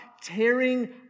tearing